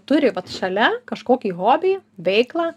turi vat šalia kažkokį hobį veiklą